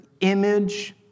image